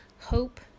hope